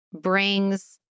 brings